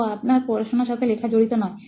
তো আপনার পড়াশোনার সাথে লেখা জড়িত নয়